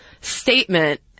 statement